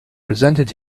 presented